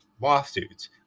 lawsuits